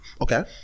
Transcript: Okay